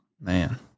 Man